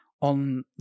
on